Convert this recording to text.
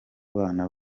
bana